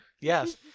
Yes